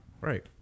right